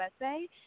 USA